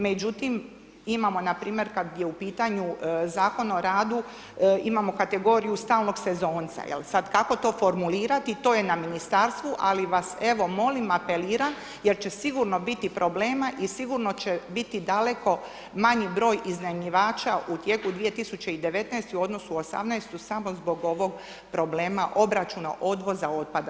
Međutim, imamo na primjer kad je u pitanju Zakon o radu, imamo kategoriju stalnog sezonca jel, sad kako to formulirati to je na ministarstvu, ali vas evo molim, apeliram jer će sigurno biti problema i sigurno će biti daleko manji broj iznajmljivača u tijeku 2019. u odnosu '18. samo zbog ovog problema obračuna odvoza otpada.